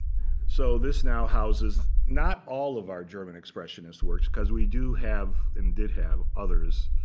so this now houses not all of our german expressionist works because we do have, and did have, others